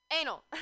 Anal